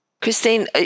Christine